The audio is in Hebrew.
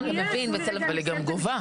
אבל היא גם גובה.